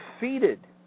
defeated